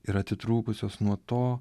ir atitrūkusios nuo to